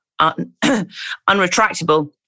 unretractable